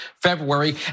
February